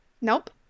Nope